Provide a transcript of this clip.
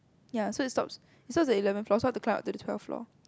ya so it stops it stops at eleven floor so I've climb up to the twelfth floor